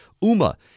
UMA